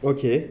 okay